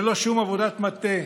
ללא שום עבודת מטה,